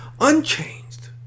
unchanged